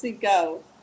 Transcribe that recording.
go